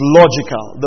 logical